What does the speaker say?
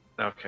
Okay